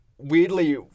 Weirdly